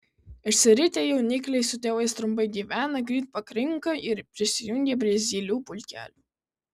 išsiritę jaunikliai su tėvais trumpai gyvena greit pakrinka ir prisijungia prie zylių pulkelių